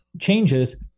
changes